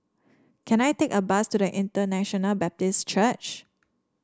can I take a bus to International Baptist Church